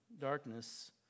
darkness